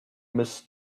mrs